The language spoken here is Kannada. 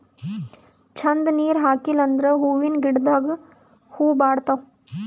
ಛಂದ್ ನೀರ್ ಹಾಕಿಲ್ ಅಂದ್ರ ಹೂವಿನ ಗಿಡದಾಗ್ ಹೂವ ಬಾಡ್ತಾವ್